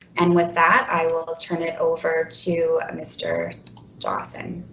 and with that i will will turn it over to mr dawson.